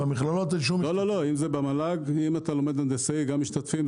אם זה במל"ג משתתפים.